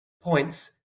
points